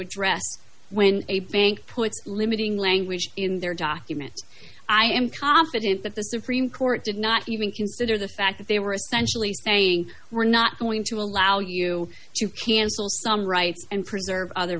address when a bank puts limiting language in their documents i am confident that the supreme court did not even consider the fact that they were essentially saying we're not going to allow you to cancel some rights and preserve other